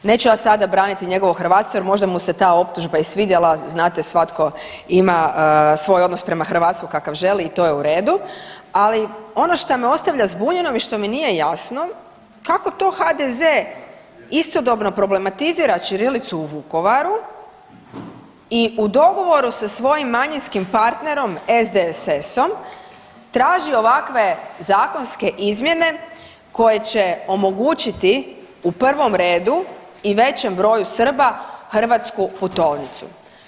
Neću ja sada braniti njegovo hrvatstvo jer možda mu se ta optužba i svidjela, znate svatko ima svoj odnos prema hrvatstvu kakav želi i to je u redu, ali ono šta me ostavlja zbunjenom i što mi nije jasno kako to HDZ istodobno problematizira ćirilicu u Vukovaru i u dogovoru sa svojim manjinskim partnerom SDSS-om traži ovakve zakonske izmjene koje će omogućiti u prvom redu i većem broju Srba hrvatsku putovnicu.